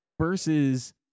versus